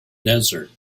desert